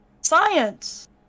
Science